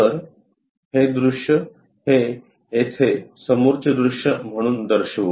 तर हे दृश्य हे येथे समोरचे दृश्य म्हणून दर्शवू